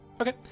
Okay